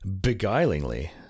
beguilingly